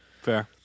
Fair